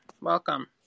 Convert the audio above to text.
welcome